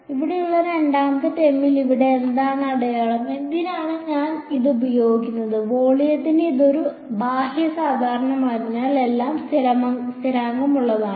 ഇവിടെയുള്ള രണ്ടാമത്തെ ടേമിൽ ഇവിടെ എന്താണ് അടയാളം എന്തിനാണ് ഞാൻ അത് ഉപയോഗിക്കുന്നത് വോളിയത്തിന് ഇത് ഒരു ബാഹ്യ സാധാരണമായതിനാൽ എല്ലാം സ്ഥിരതയുള്ളതാണ്